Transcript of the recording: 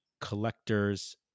Collectors